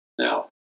Now